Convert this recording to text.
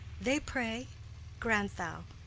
they pray grant thou,